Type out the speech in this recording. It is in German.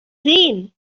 sehen